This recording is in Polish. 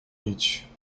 nić